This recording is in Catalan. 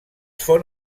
fon